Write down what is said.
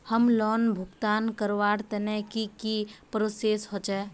Home loan भुगतान करवार तने की की प्रोसेस होचे?